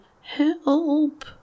help